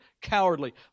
cowardly